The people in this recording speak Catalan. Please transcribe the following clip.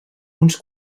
uns